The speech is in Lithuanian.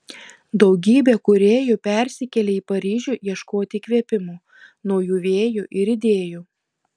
daugybė kūrėjų persikėlė į paryžių ieškoti įkvėpimo naujų vėjų ir idėjų